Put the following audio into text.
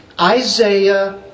Isaiah